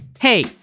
Hey